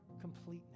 completeness